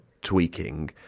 tweaking